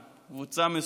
מה שמוצע היום.